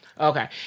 okay